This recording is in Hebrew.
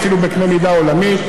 אפילו בקנה מידה עולמי,